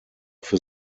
für